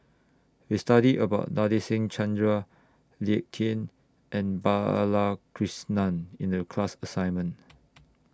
We studied about Nadasen Chandra Lee Ek Tieng and Balakrishnan in The class assignment